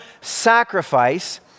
sacrifice